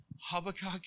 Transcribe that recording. Habakkuk